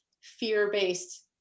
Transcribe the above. fear-based